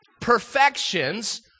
perfections